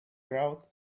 crowd